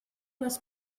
les